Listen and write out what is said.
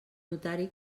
notari